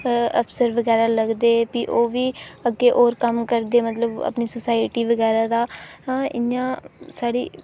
ते अफ्सर बगैरा लगदे ते ओह्बी अग्गें होर कम्म करदे सोसायटी बगैरा दा इं'या साढ़ी